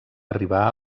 arribar